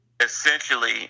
essentially